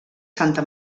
santa